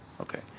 Okay